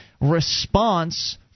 response